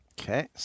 Okay